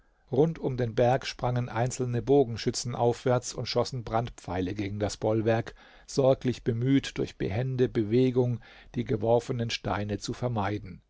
rund um den berg sprangen einzelne bogenschützen aufwärts und schossen brandpfeile gegen das bollwerk sorglich bemüht durch behende bewegung die geworfenen steine zu vermeiden